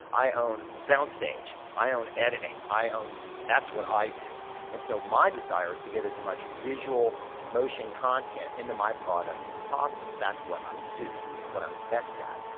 i own sound stage. i own editing. i own, that's what i do and so my desire is to get as much visual motion content into my product as possible. that's what i do. that's what i'm best at.